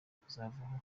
kuzabaho